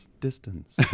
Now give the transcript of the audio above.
Distance